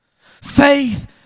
Faith